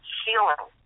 healing